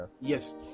yes